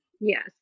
Yes